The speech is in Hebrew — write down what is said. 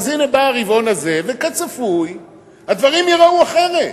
אז הנה בא הרבעון הזה, וכצפוי, הדברים ייראו אחרת.